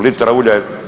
Litra ulja je